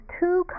two